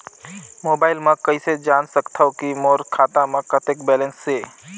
Mobile म कइसे जान सकथव कि मोर खाता म कतेक बैलेंस से?